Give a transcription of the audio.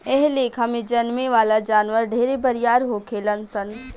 एह लेखा से जन्में वाला जानवर ढेरे बरियार होखेलन सन